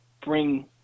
bring